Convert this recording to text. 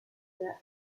their